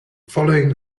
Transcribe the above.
following